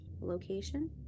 location